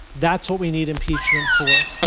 that's what we need impeachment for.